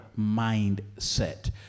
mindset